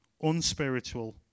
unspiritual